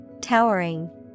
towering